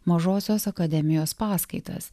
mažosios akademijos paskaitas